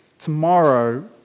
Tomorrow